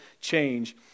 change